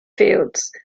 fields